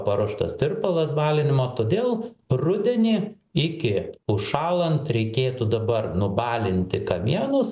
paruoštas tirpalas balinimo todėl rudenį iki užšąlant reikėtų dabar nubalinti kamienus